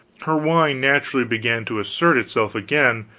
her wine naturally began to assert itself again,